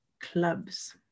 clubs